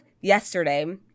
yesterday